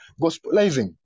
gospelizing